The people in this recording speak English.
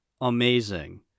Amazing